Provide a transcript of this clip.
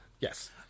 Yes